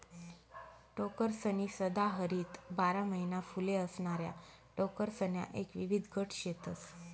टोकरसनी सदाहरित बारा महिना फुले असणाऱ्या टोकरसण्या एक विविध गट शेतस